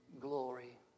glory